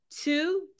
two